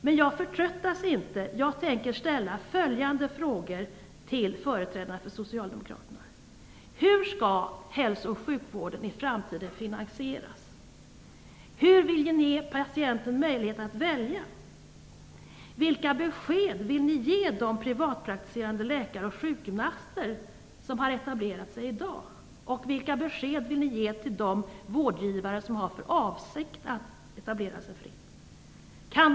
Men jag förtröttas inte. Jag tänker ställa följande frågor till företrädare för Socialdemokraterna: Hur vill ni ge patienten möjlighet att välja? Vilka besked vill ni ge de privatpraktiserande läkare och sjukgymnaster som har etablerat sig i dag? Vilka besked vill ni ge till de vårdgivare som har för avsikt att etablera sig fritt?